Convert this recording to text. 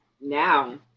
now